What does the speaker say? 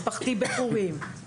משפחתי בפורים,